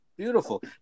Beautiful